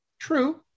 true